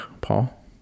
Paul